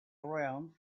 around